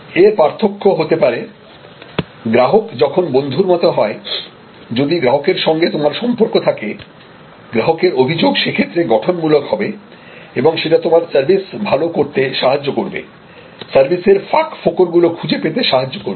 এর পার্থক্য হতে পারে গ্রাহক যখন বন্ধুর মত হয় যদি গ্রাহকের সঙ্গে তোমার সম্পর্ক থাকে গ্রাহকের অভিযোগ সে ক্ষেত্রে গঠনমূলক হবে এবং সেটা তোমার সার্ভিস ভালো করতে সাহায্য করবে সার্ভিসের ফাঁকফোকর গুলো খুঁজে পেতে সাহায্য করবে